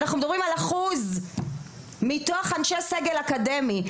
אנחנו מדברים על אחוז מתוך אנשי סגל אקדמי,